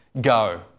go